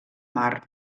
mar